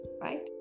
right